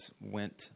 went